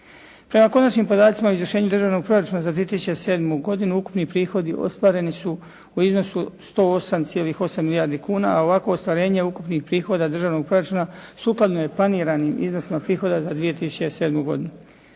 Prema konačnim podacima o izvršenju Državnog proračuna za 2007. godinu ukupni prihodi ostvareni su u iznosu 108,8 milijardi kuna, a ovakvo ostvarenje ukupnih prihoda državnog proračuna sukladno je planiranim iznosima prihoda za 2007. godinu.